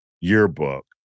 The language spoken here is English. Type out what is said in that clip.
yearbook